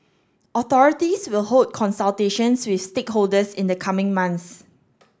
authorities will hold consultations with stakeholders in the coming months